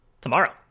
tomorrow